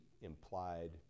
implied